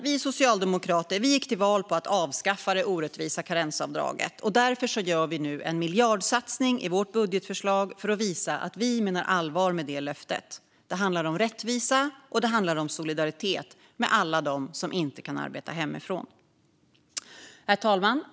Vi socialdemokrater gick till val på att avskaffa det orättvisa karensavdraget. Därför gör vi nu en miljardsatsning i vårt budgetförslag för att visa att vi menar allvar med det löftet. Det handlar om rättvisa och solidaritet med alla dem som inte kan arbeta hemifrån. Herr talman!